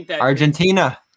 Argentina